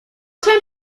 time